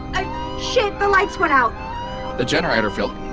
i shit! the lights went out the generator failed